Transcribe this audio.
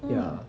mm